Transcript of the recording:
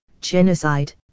genocide